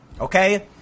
okay